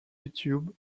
youtube